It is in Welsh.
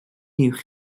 uwch